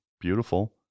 beautiful